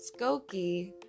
skokie